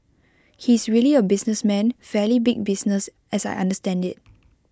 he's really A businessman fairly big business as I understand IT